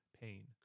pain